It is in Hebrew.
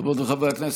חברות וחברי הכנסת,